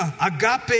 agape